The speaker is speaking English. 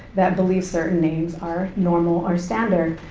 that believe certain names are normal or standard,